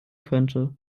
könnte